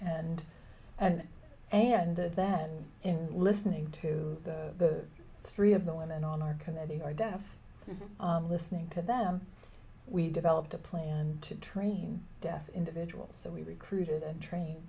and and that in listening to the three of the women on our committee are deaf listening to them we developed a plan to train deaf individuals so we recruited and train